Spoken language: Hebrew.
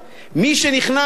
מי שנכנס,